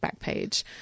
Backpage